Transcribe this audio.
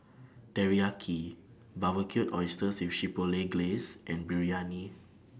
Teriyaki Barbecued Oysters with Chipotle Glaze and Biryani